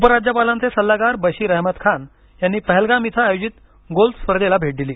उपराज्यपालांचे सल्लागार बशीर अहमद खान यांनी पहलगाम इथं आयोजित गोल्फ स्पर्धेला भेट दिली